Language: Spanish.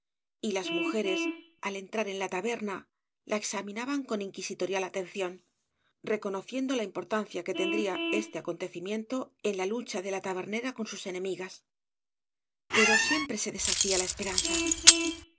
y las mujeres al entrar en la taberna la examinaban con inquisitorial atención reconociendo la importancia que tendría este acón tecimiento en la lucha de la tabernera con sus enemigas pero siempre se deshacía la esperanza